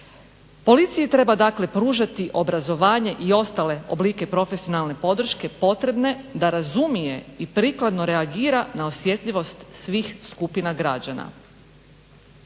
Policiji treba dakle pružati obrazovanje i ostale oblike profesionalne podrške potrebne da razumije i prikladno reagira na osjetljivost svih skupina građana.